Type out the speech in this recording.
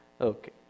Okay